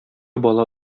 бала